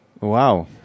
Wow